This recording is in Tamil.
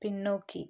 பின்னோக்கி